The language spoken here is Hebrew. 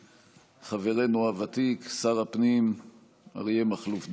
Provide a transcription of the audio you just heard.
חברנו הוותיק שר הפנים אריה מכלוף דרעי.